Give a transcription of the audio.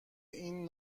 این